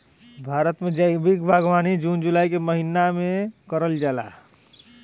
भारत में जैविक बागवानी जून जुलाई के महिना में करल जाला